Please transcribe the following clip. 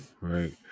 right